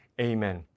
Amen